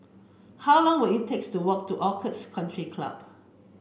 how long will it takes to walk to Orchid Country Club